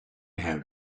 have